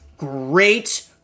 great